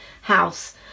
house